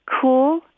cool